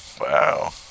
Wow